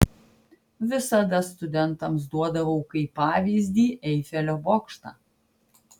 visada studentams duodavau kaip pavyzdį eifelio bokštą